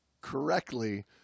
correctly